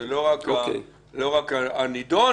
זה לא רק הנידון,